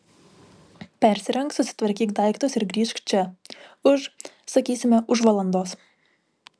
persirenk susitvarkyk daiktus ir grįžk čia už sakysime už valandos